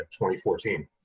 2014